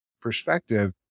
perspective